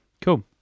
Cool